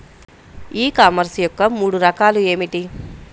ఈ కామర్స్ యొక్క మూడు రకాలు ఏమిటి?